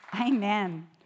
Amen